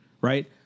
right